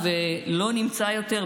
זוכרים?